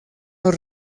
los